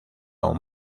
aún